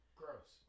gross